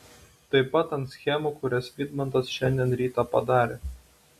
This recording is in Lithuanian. taip pat ant schemų kurias vidmantas šiandien rytą padarė